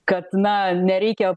kad na nereikia